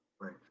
Right